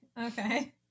okay